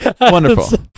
Wonderful